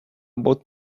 bought